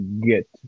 get